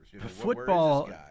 Football